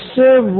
professor हाँ